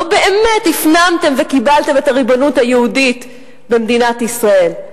לא באמת הפנמתם וקיבלתם את הריבונות היהודית במדינת ישראל.